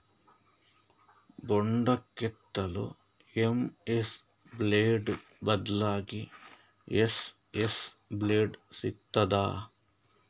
ಬೊಂಡ ಕೆತ್ತಲು MS blade ಬದ್ಲಾಗಿ ಎಸ್.ಎಸ್ ಬ್ಲೇಡ್ ಸಿಕ್ತಾದ?